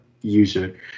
user